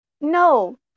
No